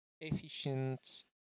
efficient